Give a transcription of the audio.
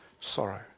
sorrow